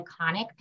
iconic